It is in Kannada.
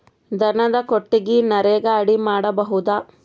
ದನದ ಕೊಟ್ಟಿಗಿ ನರೆಗಾ ಅಡಿ ಮಾಡಬಹುದಾ?